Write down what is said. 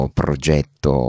progetto